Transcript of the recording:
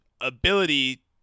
ability